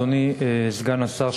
אדוני סגן השר,